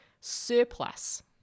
surplus